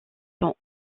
sont